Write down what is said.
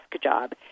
job